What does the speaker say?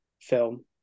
film